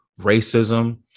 racism